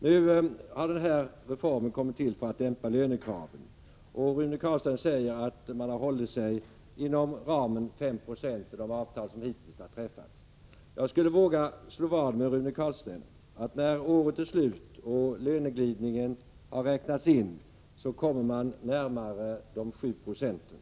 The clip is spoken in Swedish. Reformen har kommit till för att dämpa lönekraven, och Rune Carlstein säger att man har hållit sig inom ramen 5 6 i de avtal som hittills har träffats. Jag skulle våga slå vad med Rune Carlstein om att man när året är slut och löneglidningen har räknats in kommer närmare de 7 procenten.